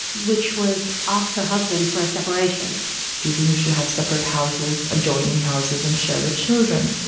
which was ask her husband for a separation do you think we should have separate houses, adjoining houses and share the children?